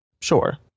Sure